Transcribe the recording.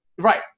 Right